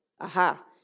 Aha